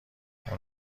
اون